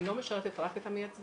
היא לא משרתת רק את המייצגים,